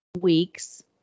weeks